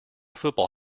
football